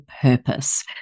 purpose